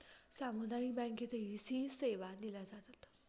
सामुदायिक बँकेतही सी सेवा दिल्या जातात